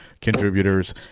contributors